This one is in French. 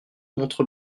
montre